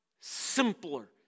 simpler